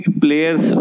players